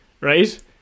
right